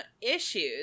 issues